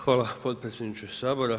Hvala potpredsjedniče Sabora.